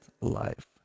life